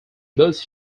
moves